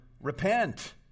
Repent